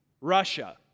russia